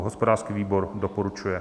Hospodářský výbor doporučuje.